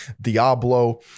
diablo